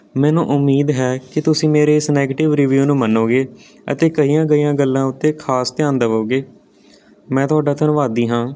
ਮੈਨੂੰ ਉਮੀਦ ਹੈ ਕਿ ਤੁਸੀਂ ਮੇਰੇ ਇਸ ਨੈਗਟਿਵ ਰਿਵਿਊ ਨੂੰ ਮੰਨੋਗੇ ਅਤੇ ਕਹੀਆਂ ਗਈਆਂ ਗੱਲਾਂ ਉੱਤੇ ਖਾਸ ਧਿਆਨ ਦੇਵੋਗੇ ਮੈਂ ਤੁਹਾਡਾ ਧੰਨਵਾਦੀ ਹਾਂ